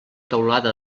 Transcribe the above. teulada